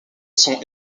sons